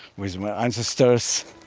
with my ancestors.